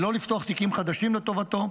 ולא לפתוח תיקים חדשים לטובתו.